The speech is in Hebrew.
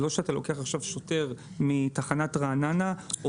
זה לא שאתה לוקח עכשיו שוטר מתחנת רעננה או